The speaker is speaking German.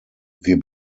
wir